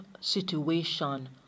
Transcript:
situation